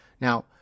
Now